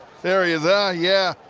there he is. yeah, yeah.